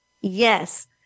Yes